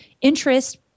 interest